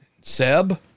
Seb